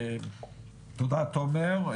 תודה תומר.